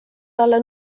talle